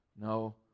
No